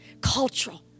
cultural